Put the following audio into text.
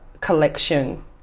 collection